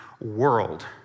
world